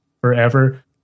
Forever